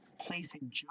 placing